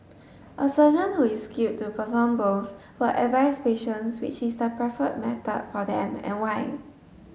a surgeon who is skilled to perform both will advise patients which is the preferred method for them and why